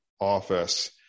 office